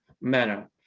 manner